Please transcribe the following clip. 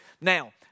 Now